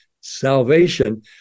salvation